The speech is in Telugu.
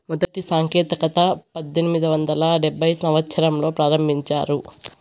మొదటి సాంకేతికత పద్దెనిమిది వందల డెబ్భైవ సంవచ్చరంలో ప్రారంభించారు